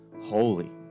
holy